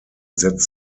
setzt